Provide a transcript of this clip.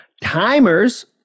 timers